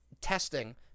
testing